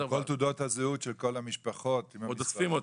כל תעודות הזהות של כל המשפחות עוד --- עוד אוספים אותן,